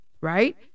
Right